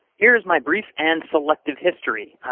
here is my brief and selective history.